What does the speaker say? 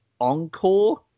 Encore